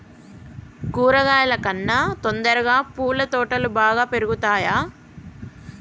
కూరగాయల కన్నా తొందరగా పూల తోటలు బాగా పెరుగుతయా?